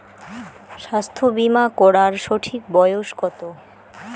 স্বাস্থ্য বীমা করার সঠিক বয়স কত?